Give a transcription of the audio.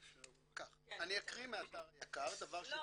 אני אקריא מאתר היק"ר -- לא,